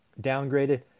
downgraded